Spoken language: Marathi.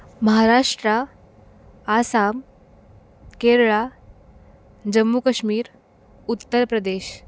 महाराष्ट्र आसाम केरळ जम्मू काश्मीर उत्तर प्रदेश